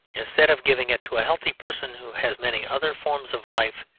instead of giving it to a healthy person who has many other forms of life,